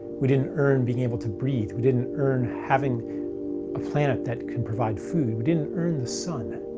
we didn't earn being able to breathe. we didn't earn having a planet that can provide food. we didn't earn the sun.